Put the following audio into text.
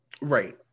Right